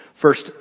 First